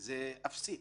היא כמעט אפסית.